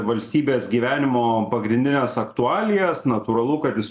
valstybės gyvenimo pagrindines aktualijas natūralu kad jis